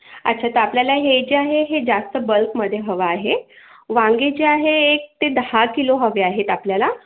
अच्छा तर आपल्याला हे जे आहे हे जास्त बल्कमध्ये हवं आहे वांगे जे आहे एक ते दहा किलो हवे आहेत आपल्याला